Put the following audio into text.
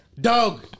Dog